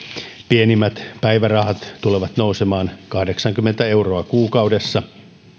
pienimmät päivärahat tulevat nousemaan kahdeksankymmentä euroa kuukaudessa